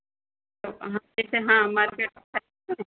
हाँ जैसे हाँ मार्केट